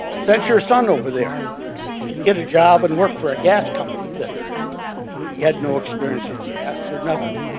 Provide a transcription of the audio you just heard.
sent your son over there to get a job and work for a gas company that he had no experience with gas or nothing